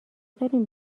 دارین